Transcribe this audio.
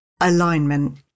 alignment